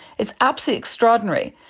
it's absolutely extraordinary.